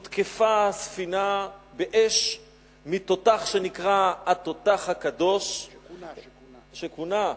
במסגרת הזאת הותקפה הספינה באש מתותח שנקרא "התותח הקדוש" כונה.